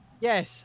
Yes